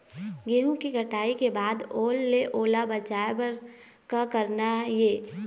गेहूं के कटाई के बाद ओल ले ओला बचाए बर का करना ये?